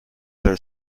their